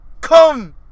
Come